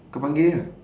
kau panggil ah